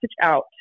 out